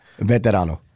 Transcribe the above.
Veterano